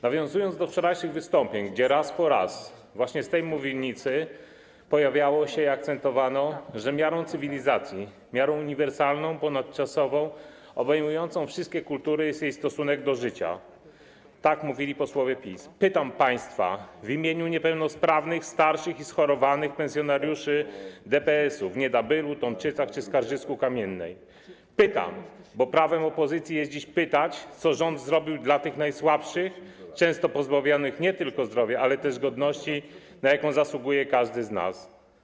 Nawiązując do wczorajszych wystąpień, gdzie raz po raz właśnie z tej mównicy akcentowano, że miarą cywilizacji, miarą uniwersalną, ponadczasową, obejmującą wszystkie kultury jest jej stosunek do życia - tak mówili posłowie PiS - pytam państwa w imieniu niepełnosprawnych, starszych i schorowanych pensjonariuszy DPS-ów w Niedabylu, Tomczycach czy Skarżysku-Kamiennej, pytam, bo prawem opozycji jest dzisiaj pytać, co rząd zrobił dla tych najsłabszych, często pozbawionych nie tylko zdrowia, ale też godności, na jaką zasługuje każdy z nas.